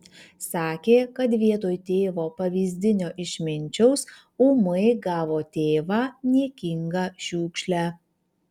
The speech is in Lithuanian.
sakė kad vietoj tėvo pavyzdinio išminčiaus ūmai gavo tėvą niekingą šiukšlę